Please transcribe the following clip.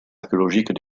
archéologiques